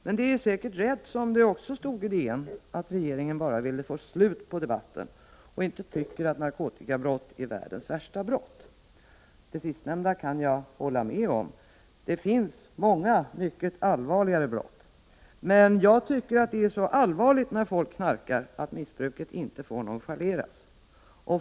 Men det är säkert rätt, som det också stod i DN, att regeringen bara ville få slut på debatten och inte tycker att narkotikabrott är världens värsta brott. Det sistnämnda kan jag hålla med om. Det finns många mycket allvarligare brott. Men jag tycker att det är så allvarligt när folk knarkar att missbruket inte får nonchaleras.